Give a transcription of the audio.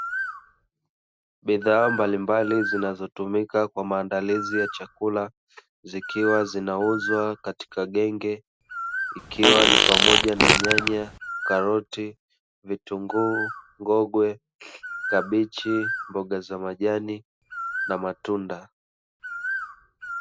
Bidhaa mbalimbali zinazotumika kwa maandalizi ya chakula, zikiwa zinauuzwa katika genge ikiwa ni pamoja na: nyanya, karoti, vitunguu, ngogwe, kabichi, mboga za majani na matunda.